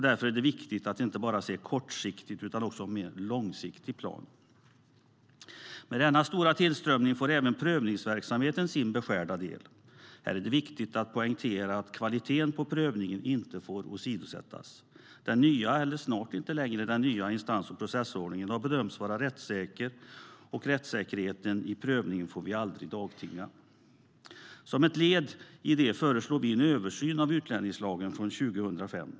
Därför är det viktigt att inte bara se kortsiktigt utan också ha en mer långsiktig plan. Med denna stora tillströmning får även prövningsverksamheten sin beskärda del. Här är det viktigt att poängtera att kvaliteten på prövningen inte får åsidosättas. Den nya - snart inte längre nya - instans och processordningen har bedömts vara rättssäker, och rättssäkerheten i prövningen får vi aldrig dagtinga med. Som ett led i det föreslår vi en översyn av utlänningslagen från 2005.